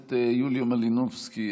הכנסת יוליה מלינובסקי,